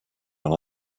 when